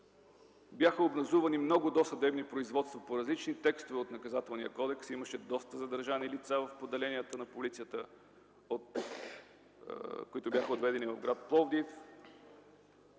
Бяха образувани много досъдебни производства по различни текстове от Наказателния кодекс. Имаше доста задържани лица в поделенията на полицията, които бяха отведени в гр. Пловдив.